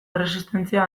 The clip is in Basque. erresistentzia